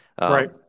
Right